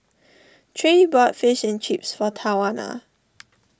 Trey bought Fish and Chips for Tawana